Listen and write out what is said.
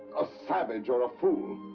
a savage or a fool!